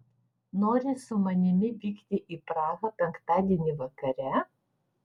nori su manimi vykti į prahą penktadienį vakare